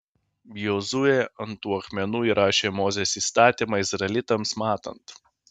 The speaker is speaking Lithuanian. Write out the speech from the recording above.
jozuė ant tų akmenų įrašė mozės įstatymą izraelitams matant